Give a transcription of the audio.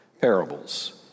Parables